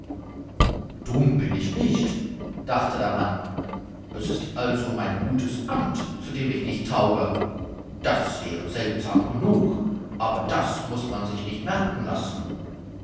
dumm bin ich nicht dachte der mann es ist also mein gutes amt zu dem ich nicht tauge das wäre seltsam genug aber das muß man sich nicht merken lassen